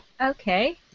Okay